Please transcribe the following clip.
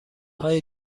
های